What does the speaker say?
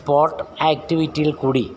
spot ആക്റ്റിവിറ്റിയിൽക്കൂടി